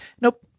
Nope